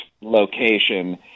location